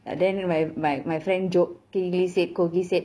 uh then my my my friend jokingly said kogi said